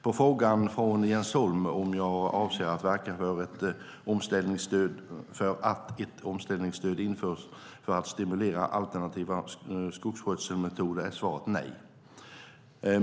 På frågan från Jens Holm om jag avser att verka för att ett omställningsstöd införs för att stimulera alternativa skogsskötselmetoder är svaret nej.